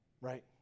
right